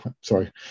Sorry